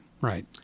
right